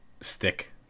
stick